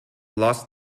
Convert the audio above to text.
lost